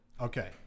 Okay